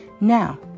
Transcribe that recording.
Now